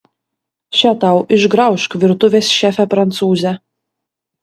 še tau išgraužk virtuvės šefe prancūze